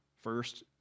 First